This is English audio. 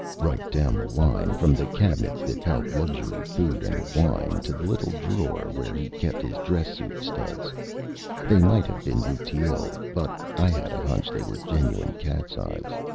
right down the line, from the cabinets that held luxury food and wine to the little drawer where he kept his dress-suit studs they might have been rutiles, but i had a hunch they were genuine catseyes.